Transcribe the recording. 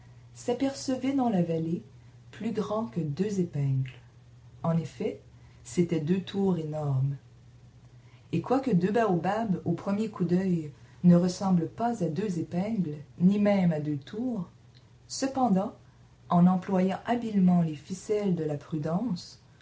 s'apercevaient dans la vallée plus grands que deux épingles en effet c'étaient deux tours énormes et quoique deux baobabs au premier coup d'oeil ne ressemblent pas à deux épingles ni même à deux tours cependant en employant habilement les ficelles de la prudence